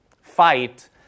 fight